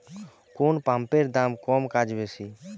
কোন পাম্পের দাম কম কাজ বেশি?